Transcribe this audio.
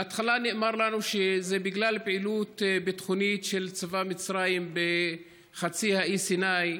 בהתחלה נאמר לנו שזה בגלל פעילות ביטחונית של צבא מצרים בחצי האי סיני,